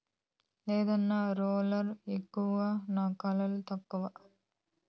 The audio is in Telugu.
లేదన్నా, రోలర్ ఎక్కువ నా కయిలు తక్కువ